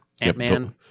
ant-man